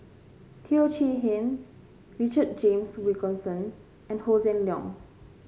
Teo Chee Hean Richard James Wilkinson and Hossan Leong